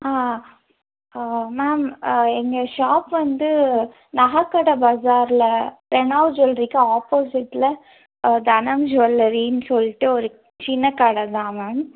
ஆ ma'am எங்கள் shop வந்து நகை கடை பஸாரில் ப்ரணாவ் ஜுவெல்லரிக்கு ஆப்போசிட்டில் தனம் ஜுவெல்லரின்னு சொல்லிட்டு ஒரு சின்ன கடை தான் மேம்